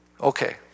Okay